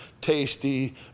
tasty